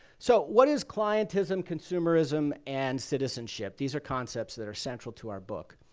so what is clientism, consumerism, and citizenship? these are concepts that are central to our book.